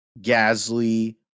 Gasly